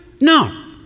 No